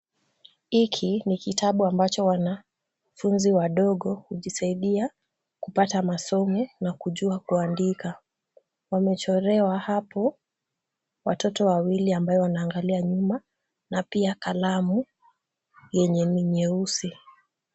Hiki ni kitabu ambacho wanafunzi wadogo hujisaidia kupata masomo na kujua kuandika. Wamechorewa hapo watoto wawili ambao wanaangalia nyuma na pia kalamu yenye ni nyeusi.